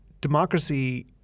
democracy